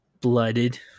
blooded